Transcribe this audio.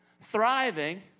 thriving